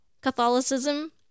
Catholicism